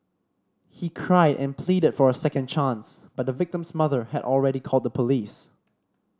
he cried and pleaded for a second chance but the victim's mother had already called the police